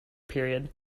period